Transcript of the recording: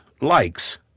likes